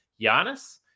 Giannis